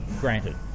Granted